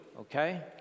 okay